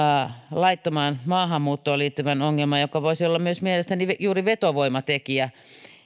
laittomaan maahanmuuttoon liittyvän ongelman joka voisi olla myös mielestäni juuri vetovoimatekijä sille